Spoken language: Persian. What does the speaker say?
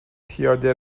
پیاده